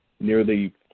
Nearly